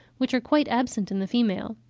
which are quite absent in the female.